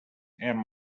and